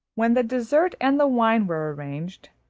when the dessert and the wine were arranged,